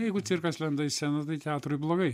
jeigu cirkas lenda į sceną tai teatrui blogai